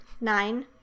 Nine